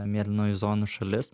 mėlynojų zonų šalis